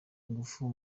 ingufu